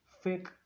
fake